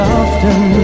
often